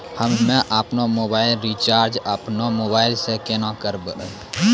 हम्मे आपनौ mobile recharge आपनौ मोबाइल से केना करवै?